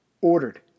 ordered